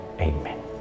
Amen